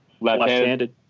Left-handed